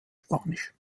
spanisch